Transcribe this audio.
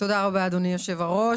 תודה רבה אדוני היושב-ראש.